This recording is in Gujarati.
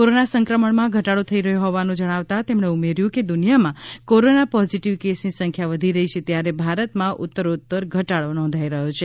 કોરોના સંક્રમણમાં ઘટાડો થઈ રહ્યો હોવાનું જણાવતા તેમણે ઉમેર્યું કે દુનિયામાં કોરોના પોઝિટિવ કેસની સંખ્યા વધી રહી છે ત્યારે ભારતમાં ઉતરોતર ઘટાડો નોંધાઈ રહ્યો છે